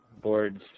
boards